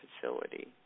facility